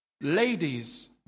ladies